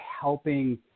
helping